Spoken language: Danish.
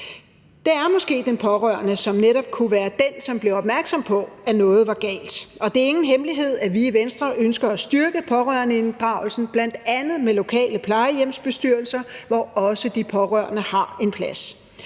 Det er måske den pårørende, som netop kunne være den, som blev opmærksom på, at noget var galt. Og det er ingen hemmelighed, at vi i Venstre ønsker at styrke pårørendeinddragelsen med bl.a. lokale plejehjemsbestyrelser, hvor også de pårørende har en plads.